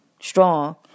strong